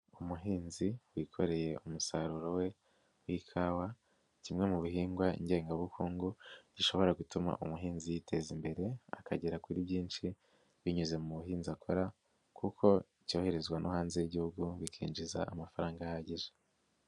Umuhinzi wikoreye umusaruro we w'ikawa. Kimwe mu bihingwa ngengabukungu gishobora gutuma umuhinzi yiteza imbere akagera kuri byinshi, binyuze mu buhinzi akora kuko cyoherezwa no hanze y'igihugu bikinjiza amafaranga ahagije.